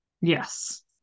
yes